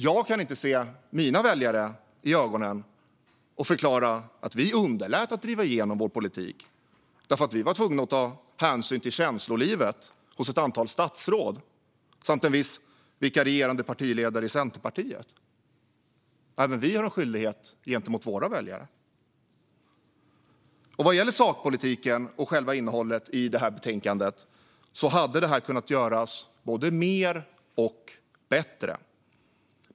Jag kan inte se mina väljare i ögonen och förklara att vi underlät att driva igenom vår politik för att vi var tvungna att ta hänsyn till känslolivet hos ett antal statsråd samt en viss vikarierande partiledare i Centerpartiet. Även vi har en skyldighet gentemot våra väljare. Vad gäller sakpolitiken och själva innehållet i betänkandet hade mer kunnat göras och det hade kunnat göras bättre.